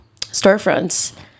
storefronts